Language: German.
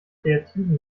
kreativen